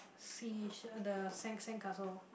seashell uh the sand sandcastle